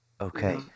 Okay